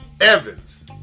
Evans